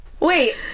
Wait